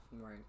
Right